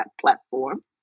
platform